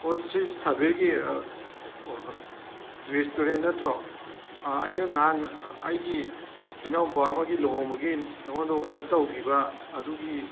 ꯑꯣ ꯁꯤ ꯁꯥꯕꯤꯔꯒꯤ ꯔꯦꯁꯇꯨꯔꯦꯟ ꯅꯠꯇ꯭ꯔꯣ ꯑꯩꯅ ꯅꯍꯥꯟ ꯑꯩꯒꯤ ꯏꯅꯥꯎꯄꯥ ꯑꯃꯒꯤ ꯂꯨꯍꯣꯡꯕꯒꯤ ꯅꯉꯣꯟꯗ ꯑꯣꯗꯔ ꯇꯧꯈꯤꯕ ꯑꯗꯨꯒꯤ